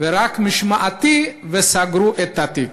ורק משמעתי, וסגרו את התיק.